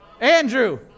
Andrew